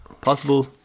possible